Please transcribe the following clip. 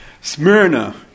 Smyrna